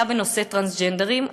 היה בנושא טרנסג'נדרים.